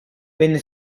venne